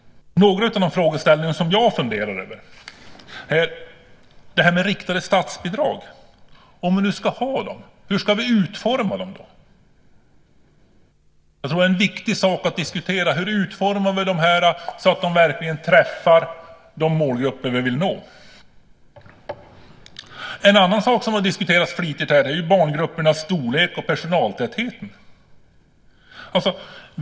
Några av de frågeställningar som jag funderar över är de riktade statsbidragen. Om vi nu ska ha sådana, hur ska vi då utforma dem? Jag tror att det är en viktig sak att diskutera. Hur utformar vi statsbidragen så att de verkligen träffar de målgrupper som vi vill nå? En annan sak som har diskuterats flitigt här är barngruppernas storlek och personaltätheten.